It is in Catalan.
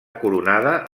coronada